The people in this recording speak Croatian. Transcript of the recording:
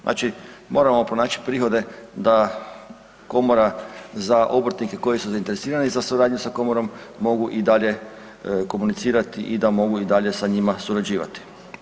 Znači moramo pronaći prihode da komora za obrtnike koji su zainteresirani za suradnju sa komorom mogu i dalje komunicirati i da mogu i dalje sa njima surađivati.